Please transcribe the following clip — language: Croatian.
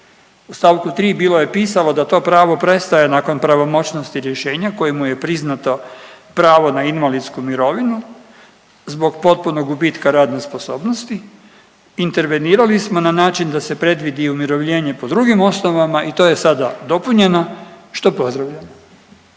U stavku 3. bilo je pisalo da to pravo prestaje nakon pravomoćnosti rješenja kojemu je priznato pravo na invalidsku mirovinu zbog potpunog gubitka radne sposobnosti. Intervenirali smo na način da se predvidi i umirovljenje po drugim osnovama i to je sada dopunjeno što pozdravljam.